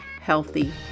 healthy